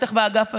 בטח באגף הזה,